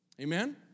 Amen